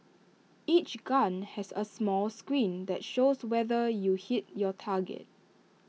each gun has A small screen that shows whether you hit your target